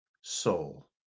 soul